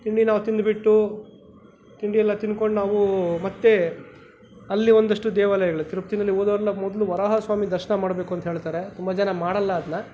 ತಿಂಡಿ ನಾವು ತಿಂದುಬಿಟ್ಟು ತಿಂಡಿಯೆಲ್ಲ ತಿಂದ್ಕೊಂಡು ನಾವು ಮತ್ತೆ ಅಲ್ಲಿ ಒಂದಷ್ಟು ದೇವಾಲಯಗಳಿವೆ ತಿರುಪತಿನಲ್ಲಿ ಹೋದೋರೆಲ್ಲ ಮೊದಲು ವರಾಹ ಸ್ವಾಮಿ ದರ್ಶನ ಮಾಡಬೇಕು ಅಂತ ಹೇಳ್ತಾರೆ ತುಂಬ ಜನ ಮಾಡೋಲ್ಲ ಅದನ್ನ